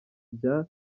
bya